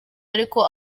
ariko